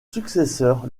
successeur